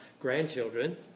grandchildren